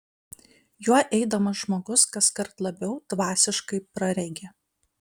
juo eidamas žmogus kaskart labiau dvasiškai praregi